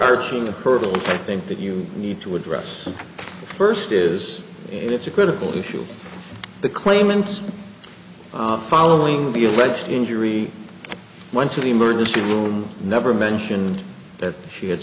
arching the pergola i think that you need to address first is that it's a critical issue the claimants following the alleged injury went to the emergency room never mentioned that she had